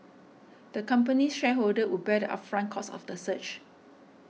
the company's shareholders would bear the upfront costs of the search